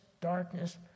darkness